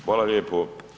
Hvala lijepo.